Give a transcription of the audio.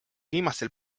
viimastel